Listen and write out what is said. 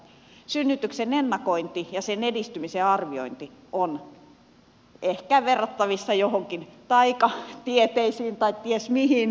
synnytyksen ennakointi ja sen edistymisen arviointi ovat ehkä verrattavissa johonkin taikatieteisiin tai ties mihin